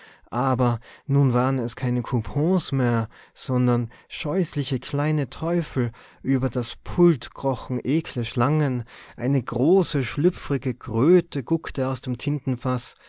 aber nun waren es keine coupons mehr sondern scheußliche kleine teufel über das pult krochen ekle schlangen eine große schlüpfrige kröte guckte aus dem tintenfaß